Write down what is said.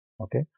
Okay